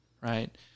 right